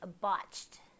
botched